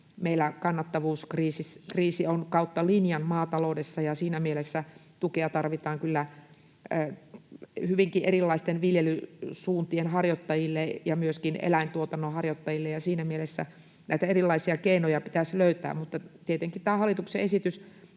meillä kannattavuuskriisi on kautta linjan maataloudessa ja siinä mielessä tukea tarvitaan kyllä hyvinkin erilaisten viljelysuuntien harjoittajille ja myöskin eläintuotannon harjoittajille, ja siinä mielessä näitä erilaisia keinoja pitäisi löytää. Tietenkin tämä hallituksen esitys